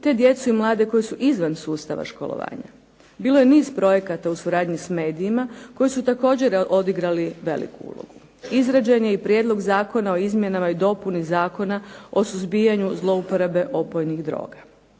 te djecu i mlade koji su izvan sustava školovanja. Bilo je niz projekata u suradnji s medijima koji su također odigrali veliku ulogu. Izrađen je i Prijedlog zakona o izmjenama i dopuni Zakona o suzbijanju zlouporabe opojnih droga.